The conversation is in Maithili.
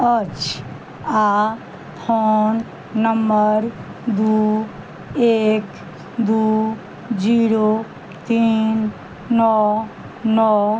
अछि आओर फोन नम्मर दू एक दू जीरो तीन नओ नओ